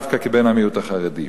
דווקא כבן המיעוט החרדי.